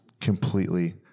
completely